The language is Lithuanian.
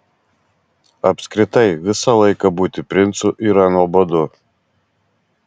apskritai visą laiką būti princu yra nuobodu